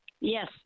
Yes